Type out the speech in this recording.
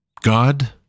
God